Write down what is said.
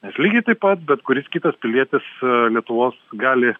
nes lygiai taip pat bet kuris kitas pilietis lietuvos gali